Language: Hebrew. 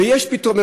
ויש פתרונות.